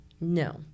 No